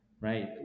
right